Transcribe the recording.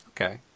Okay